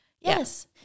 yes